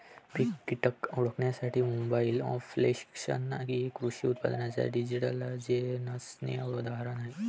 पीक कीटक ओळखण्यासाठी mobile applications हे कृषी उत्पादनांच्या डिजिटलायझेशनचे उदाहरण आहे